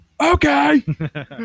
Okay